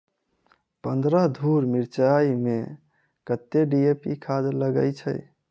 पन्द्रह धूर मिर्चाई मे कत्ते डी.ए.पी खाद लगय छै?